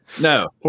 no